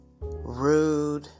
rude